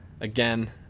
Again